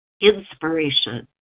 inspiration